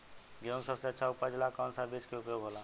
गेहूँ के सबसे अच्छा उपज ला कौन सा बिज के उपयोग होला?